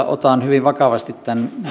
otan hyvin vakavasti tämän